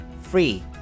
free